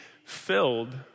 Filled